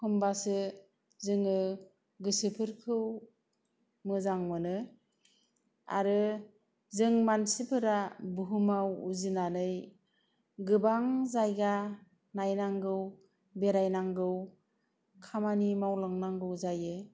होमबासो जोङो गोसोफोरखौ मोजां मोनो आरो जों मोनसिफोरा बुहुमाव उजिनानै गोबां जायगा नायनांगौ बेरायनांगौ खामानि मावलांनांगौ जायो